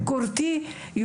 ביקורתי,